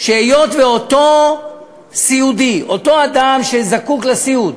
היות שאותו סיעודי, אותו אדם שזקוק לסיעוד,